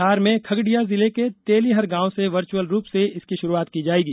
बिहार में खगडिया जिले के तेलिहर गांव से वर्चअल रूप से इसकी शुरूआत की जायेगी